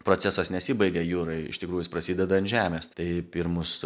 procesas nesibaigia jūroj iš tikrųjų prasideda ant žemės tai pirmus